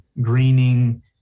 greening